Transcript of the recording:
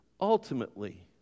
ultimately